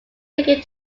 taken